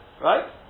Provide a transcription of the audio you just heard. Right